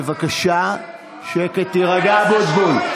בבקשה שקט, תירגע, אבוטבול.